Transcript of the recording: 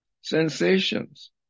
sensations